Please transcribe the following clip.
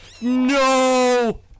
no